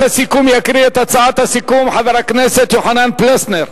יקריא את הצעת הסיכום חבר הכנסת יוחנן פלסנר.